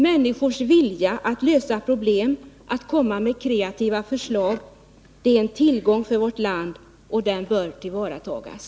Människors vilja att lösa problem och att presentera kreativa förslag är en tillgång för vårt land, och den bör tillvaratas.